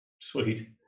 Sweet